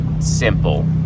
simple